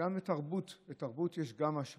שגם לתרבות, גם לתרבות יש השפעה